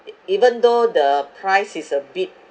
e~ even though the price is a bit